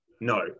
No